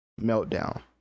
meltdown